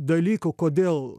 dalykų kodėl